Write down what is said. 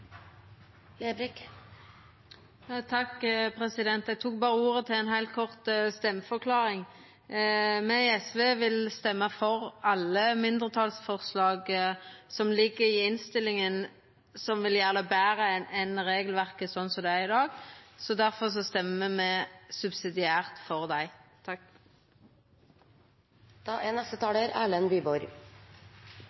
Eg tok berre ordet til ei heilt kort stemmeforklaring. Me i SV vil stemma for alle mindretalsforslag som ligg i innstillinga, som vil gjera det betre enn regelverket er i dag. Difor stemmer me subsidiært for dei.